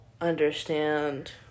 understand